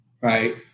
right